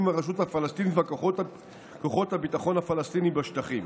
עם הרשות הפלסטינית וכוחות הביטחון הפלסטיניים בשטחים.